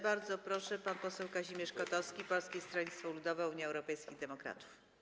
Bardzo proszę, pan poseł Kazimierz Kotowski, Polskie Stronnictwo Ludowe - Unia Europejskich Demokratów.